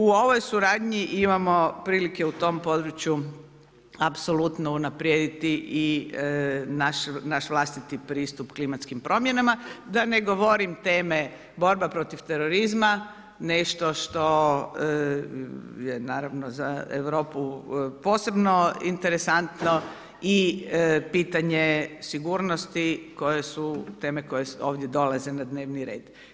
U ovoj suradnji imamo prilike na tom području apsolutno unaprijediti i naš vlastiti pristup klimatskim promjenama, da ne govorim teme borbe protiv terorizma, nešto što je naravno za Europu posebno interesantno i pitanje sigurnosti, koje su, teme koje ovdje dolaze na dnevni red.